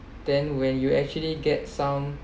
then when you actually get some